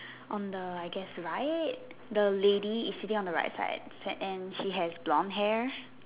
on the I guess right the lady is sitting on the right side and she has blond hair